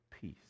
peace